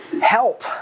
help